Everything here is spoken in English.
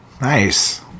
Nice